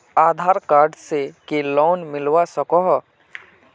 आधार card से की loan मिलवा सकोहो?